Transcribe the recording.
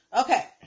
Okay